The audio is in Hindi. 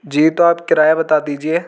जी तो आप किराया बता दीजिए